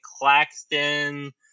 Claxton